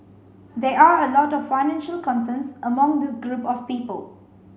there are a lot of financial concerns among this group of people